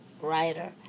writer